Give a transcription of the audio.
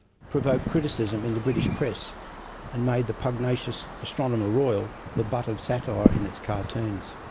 provoked criticism in the british press and made the pugnacious astronomer royal the butt of satire in its cartoons.